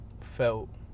felt